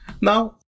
Now